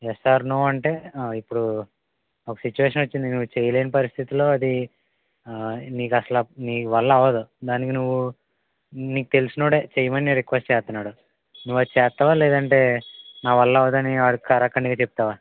yes or no అంటే ఇప్పుడూ ఒక సిచువేషన్ వచ్చింది నువ్వు చేయలేని పరిస్థితిలో అది నీకసలు నీవల్ల అవదు దానికి నువ్వు నీకు తెలిసినోడే చేయమని రిక్వస్ట్ చేస్తన్నాడు నువ్వు అది చేస్తావా లేదంటే నా వల్ల అవదని అక్కడికి ఖరా కండీగా చెప్తావా